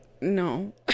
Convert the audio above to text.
No